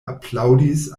aplaŭdis